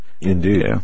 Indeed